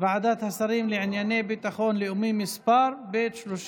ועדים השרים לענייני ביטחון לאומי מס' ב/30